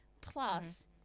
Plus